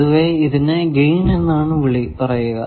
പൊതുവെ ഇതിനെ ഗൈൻ എന്നാണ് പറയുക